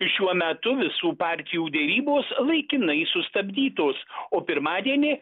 šiuo metu visų partijų derybos laikinai sustabdytos o pirmadienį